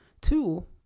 Two